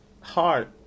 hard